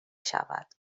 شود